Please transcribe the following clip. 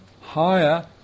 higher